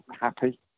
happy